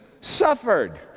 suffered